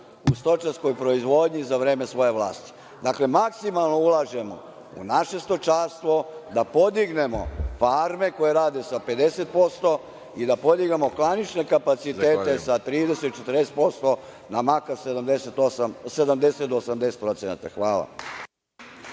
u stočarskoj proizvodnji za vreme svoje vlasti. Dakle, maksimalno ulažemo u naše stočarstvo da podignemo farme koje rade sa 50% i da podignemo klanične kapacitete sa 30%, 40% na makar 70% do 80%. Hvala.